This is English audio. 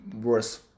worse